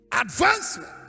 Advancement